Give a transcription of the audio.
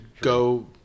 go